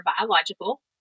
biological